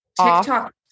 TikTok